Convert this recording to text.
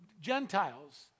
Gentiles